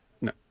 No